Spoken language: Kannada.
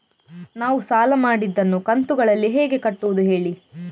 ನಾವು ಸಾಲ ಮಾಡಿದನ್ನು ಕಂತುಗಳಲ್ಲಿ ಹೇಗೆ ಕಟ್ಟುದು ಹೇಳಿ